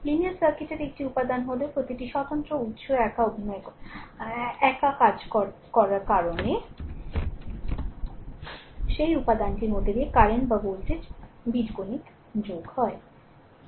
linear সার্কিটের একটি উপাদান হল প্রতিটি স্বতন্ত্র উত্স একা কাজ করার কারণে সেই উপাদানটির মধ্য দিয়ে কারেন্ট বা ভোল্টেজ বীজগণিত যোগ হয়